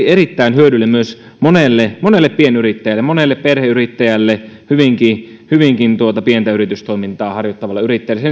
erittäin hyödyllinen myös monelle monelle pienyrittäjälle monelle perheyrittäjälle hyvinkin hyvinkin pientä yritystoimintaa harjoittavalle yrittäjälle